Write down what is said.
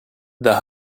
the